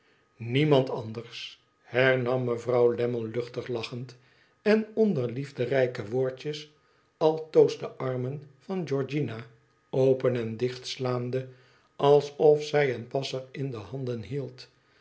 niemand anders hernam mevrouw lammie luchtig lachend en onder liefderijke woordjes altoos de armen van georgiana open en dichtslaande alsof zij een passer in de handen hield